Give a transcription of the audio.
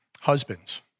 husbands